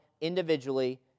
individually